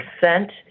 percent